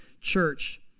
church